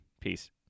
Peace